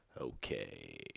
Okay